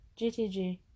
GTG